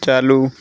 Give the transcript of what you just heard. चालू